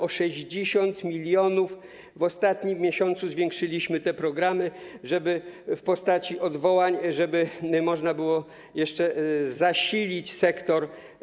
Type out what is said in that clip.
O 60 mln w ostatnim miesiącu zwiększyliśmy te programy, w postaci odwołań, żeby można było jeszcze zasilić sektor.